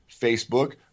Facebook